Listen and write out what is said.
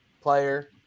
player